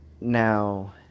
Now